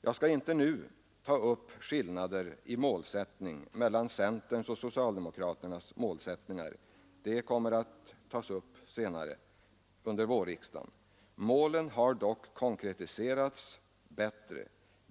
Jag skall inte nu ta upp skillnader mellan centerns och socialdemokraternas målsättningar, de kommer att beröras senare under vårriksdagen. Målen har dock konkretiserats bättre.